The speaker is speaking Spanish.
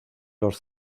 los